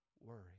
worry